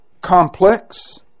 complex